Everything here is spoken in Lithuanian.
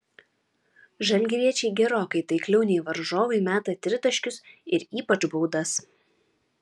žalgiriečiai gerokai taikliau nei varžovai meta tritaškius ir ypač baudas